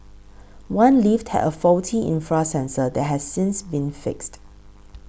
one lift had a faulty infrared sensor that has since been fixed